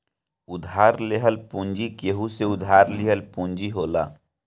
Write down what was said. उधार लेहल पूंजी केहू से उधार लिहल पूंजी होला